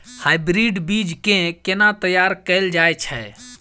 Hybrid बीज केँ केना तैयार कैल जाय छै?